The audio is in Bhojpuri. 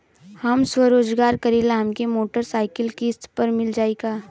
हम स्वरोजगार करीला हमके मोटर साईकिल किस्त पर मिल जाई का?